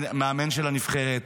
המאמן של הנבחרת,